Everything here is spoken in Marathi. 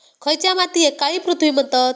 खयच्या मातीयेक काळी पृथ्वी म्हणतत?